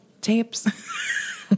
tapes